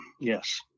Yes